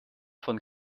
von